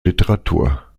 literatur